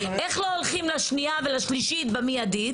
איך לא הולכים לשנייה ולשלישית במיידית.